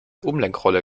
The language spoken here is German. umlenkrolle